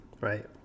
Right